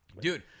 Dude